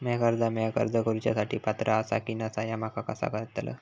म्या कर्जा मेळाक अर्ज करुच्या साठी पात्र आसा की नसा ह्या माका कसा कळतल?